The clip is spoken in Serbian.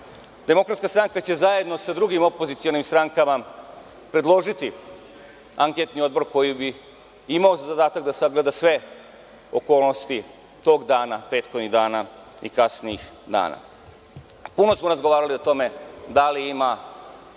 pokradeni. Demokratska stranka će zajedno sa drugim opozicionim strankama predložiti anketni odbor koji bi imao zadatak da sagleda sve okolnosti tog dana, prethodnih dana i kasnijih dana. Puno smo razgovarali o tome da li ima